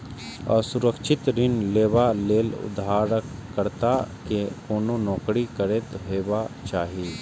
असुरक्षित ऋण लेबा लेल उधारकर्ता कें कोनो नौकरी करैत हेबाक चाही